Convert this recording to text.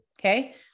Okay